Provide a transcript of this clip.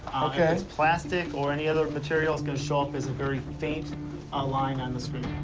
it's plastic or any other material, it's gonna show up as a very faint ah line on the screen.